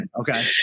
okay